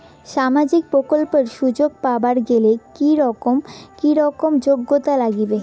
সামাজিক প্রকল্পের সুযোগ পাবার গেলে কি রকম কি রকম যোগ্যতা লাগিবে?